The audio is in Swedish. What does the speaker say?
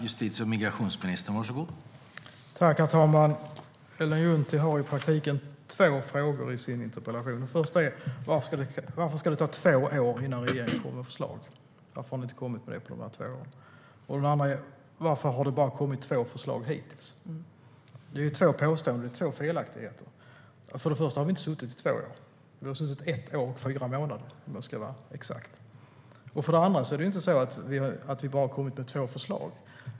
Herr talman! Ellen Juntti har i praktiken två frågor i sin interpellation. Den första är: Varför ska det ta två år innan regeringen kommer med förslag? Varför har ni inte kommit med fler på de här två åren? Den andra är: Varför har det bara kommit två förslag hittills? Det är två påståenden och två felaktigheter. För det första har vi inte suttit i två år. Vi har suttit i ett år och fyra månader, om jag ska vara exakt. För det andra har vi inte kommit med bara två förslag.